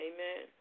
Amen